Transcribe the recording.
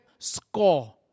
score